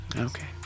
Okay